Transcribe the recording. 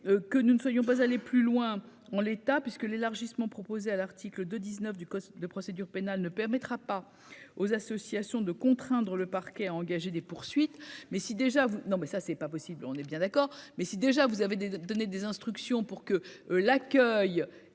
que nous ne soyons pas aller plus loin en l'état, puisque l'élargissement proposée à l'article de 19 du code de procédure pénale ne permettra pas aux associations de contraindre le parquet a engagé des poursuites, mais si déjà vous non mais ça c'est pas possible,